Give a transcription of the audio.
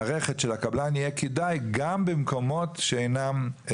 מערכת, שלקבלן יהיה כדאי גם במקומות שאינם.